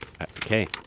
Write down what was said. Okay